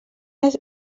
les